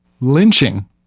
lynching